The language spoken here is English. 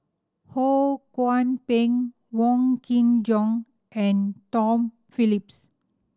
Ho Kwon Ping Wong Kin Jong and Tom Phillips